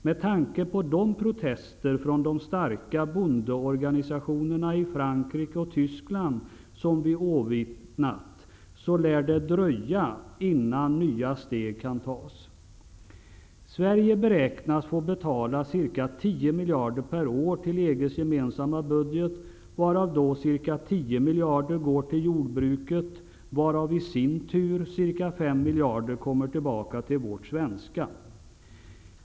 Med tanke på de protester mot beslutet från de starka bondeorganisationerna i Frankrike och Tyskland som vi åvittnat lär det dröja innan nya steg kan tas. Sverige beräknas få betala ca 15 miljarder per år till EG:s gemensamma budget, varav ca 10 miljarder går till jordbruket, varav i sin tur ca 5 miljarder kommer tillbaka till vårt svenska jordbruk.